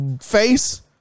Face